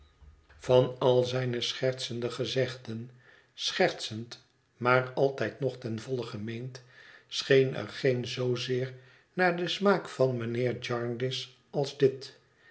van al zijne schertsende gezegden schertsend maar altijd nog ten volle gemeend scheen er geen zoozeer naar den smaak van mijnheer jarndyce als dit